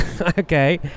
Okay